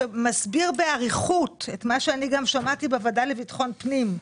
שמסביר באריכות את מה ששמעתי גם בוועדה לביטחון פנים.